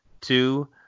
Two